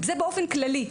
זה באופן כללי.